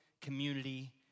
community